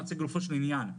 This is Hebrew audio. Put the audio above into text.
אלא לגופו של עניין,